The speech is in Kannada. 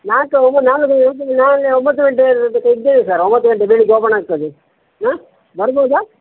ನಾಲ್ಕು ನಾಳೆ ಒಂಬತ್ತು ಗಂಟೆ ಇದ್ದೇವೆ ಸರ್ ಒಂಬತ್ತು ಗಂಟೆ ಬೆಳಿಗ್ಗೆ ಓಪಣ್ ಆಗ್ತದೆ ಹಾಂ ಬರ್ಬೋದಾ